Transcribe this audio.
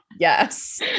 Yes